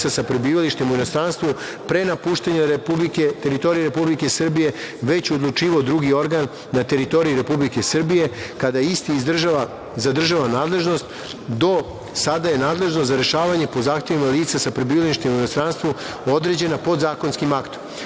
sa prebivalištem u inostranstvu pre napuštanja teritorije Republike Srbije već odlučivao drugi organ na teritoriji Republike Srbije kada isti zadržava nadležnost. Do sada je nadležnost za rešavanje po zahtevima lica sa prebivalištem u inostranstvu određena podzakonskim